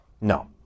No